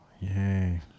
Yay